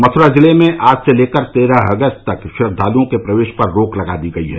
मथुरा जिले में आज से लेकर तेरह अगस्त तक श्रद्वालुओं के प्रवेश पर रोक लगा दी गई है